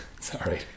Sorry